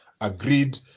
agreed